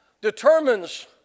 determines